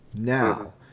Now